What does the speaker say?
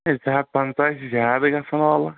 ہے زٕہتھ پنٛژاہ ہَے چھُ زیٛادٕ گژھان وللہ